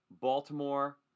Baltimore